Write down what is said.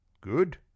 good